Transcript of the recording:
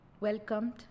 welcomed